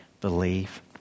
believe